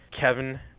Kevin